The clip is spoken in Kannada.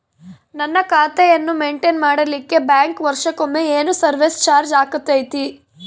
ನನ್ನ ಖಾತೆಯನ್ನು ಮೆಂಟೇನ್ ಮಾಡಿಲಿಕ್ಕೆ ಬ್ಯಾಂಕ್ ವರ್ಷಕೊಮ್ಮೆ ಏನು ಸರ್ವೇಸ್ ಚಾರ್ಜು ಹಾಕತೈತಿ?